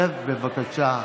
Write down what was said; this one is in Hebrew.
שב, בבקשה.